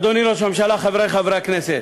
אדוני ראש הממשלה, חברי חברי הכנסת,